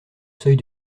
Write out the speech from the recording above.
seuil